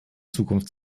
zukunft